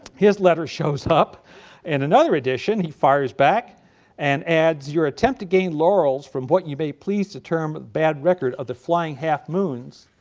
his letter shows up in another edition he fires back and adds your attempt to gain laurels from what you may please to term bad record of the flying half-moons.